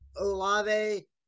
Olave